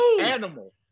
animal